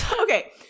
okay